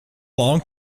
long